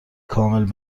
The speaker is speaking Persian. کامل